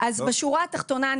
אז בשורה תחתונה,